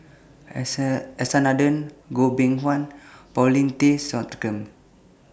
S R S R Nathan Goh Beng Kwan and Paulin Tay Straughan